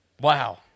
Wow